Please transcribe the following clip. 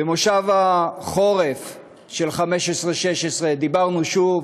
במושב החורף של 15' 16' דיברנו שוב.